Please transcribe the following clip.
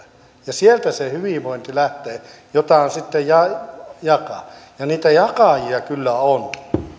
sieltä lähtee se hyvinvointi jota sitten jakaa ja niitä jakajia kyllä on